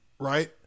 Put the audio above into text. Right